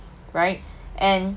right and